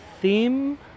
theme